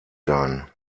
sein